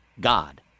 god